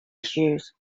issues